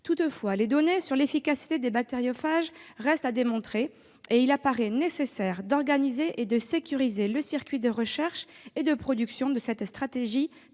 Toutefois, les données sur l'efficacité des bactériophages restent à produire et il apparaît nécessaire d'organiser et de sécuriser le circuit de recherche et de production de cette stratégie